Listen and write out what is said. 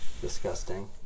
Disgusting